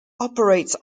operates